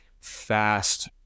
fast